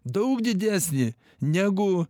daug didesnį negu